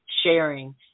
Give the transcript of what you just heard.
Sharing